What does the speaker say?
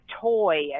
toy